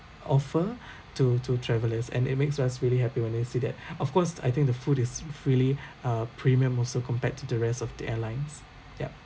offer to to travellers and it makes us really happy when we see that of course I think the food is freely uh premium also compared to the rest of the airlines yup